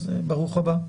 ברוך הבא.